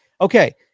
Okay